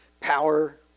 power